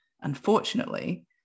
Unfortunately